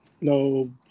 no